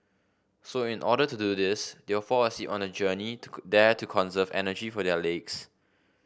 so in order to do this they'll fall asleep on the journey to there to conserve energy for their legs